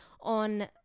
on